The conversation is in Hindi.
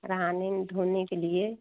रहने धोने के लिए